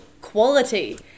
quality